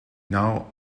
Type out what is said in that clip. now